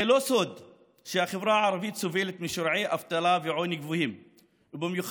זה לא סוד שהחברה הערבית סובלת משיעורי אבטלה ועוני גבוהים במיוחד